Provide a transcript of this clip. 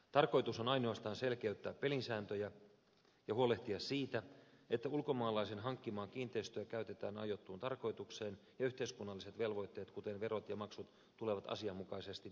tarkoitus on ainoastaan selkeyttää pelin sääntöjä ja huolehtia siitä että ulkomaalaisen hankkimaa kiinteistöä käytetään aiottuun tarkoitukseen ja yhteiskunnalliset velvoitteet kuten verot ja maksut tulevat asianmukaisesti hoidetuiksi